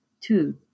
Two